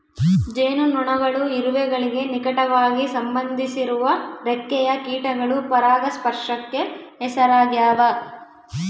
ಜೇನುನೊಣಗಳು ಇರುವೆಗಳಿಗೆ ನಿಕಟವಾಗಿ ಸಂಬಂಧಿಸಿರುವ ರೆಕ್ಕೆಯ ಕೀಟಗಳು ಪರಾಗಸ್ಪರ್ಶಕ್ಕೆ ಹೆಸರಾಗ್ಯಾವ